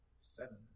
seven